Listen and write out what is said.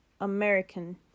American